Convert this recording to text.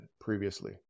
previously